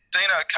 Dino